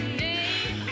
name